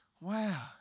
wow